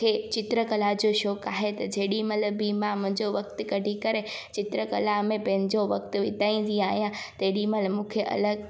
खे चित्र कला जो शौक़ु आहे त जेॾीमहिल बि मां मुंहिंजो वक़्तु कढी करे चित्र कला में पंहिंजो वक़्तु बिताईंदी आहियां तेॾीमहिल मूंखे अलॻि